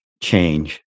change